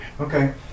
Okay